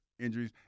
Injuries